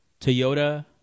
Toyota